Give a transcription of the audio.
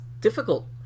difficult